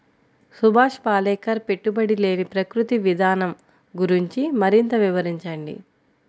సుభాష్ పాలేకర్ పెట్టుబడి లేని ప్రకృతి విధానం గురించి మరింత వివరించండి